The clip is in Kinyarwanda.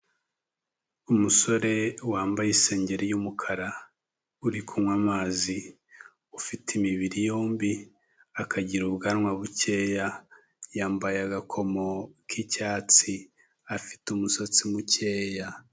Umusore wambaye isengeri y'umukara, uri kunywa amazi, ufite imibiri yombi akagira ubwanwa bukeya, yambaye agakomo k'icyatsi, afite umusatsi mukeya.